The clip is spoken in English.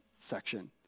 section